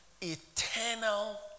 eternal